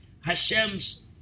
Hashem's